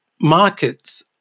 markets